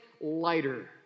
lighter